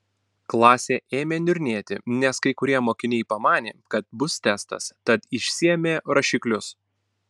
klasė ėmė niurnėti nes kai kurie mokiniai pamanė kad bus testas tad išsiėmė rašiklius